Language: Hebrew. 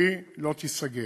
והיא לא תיסגר,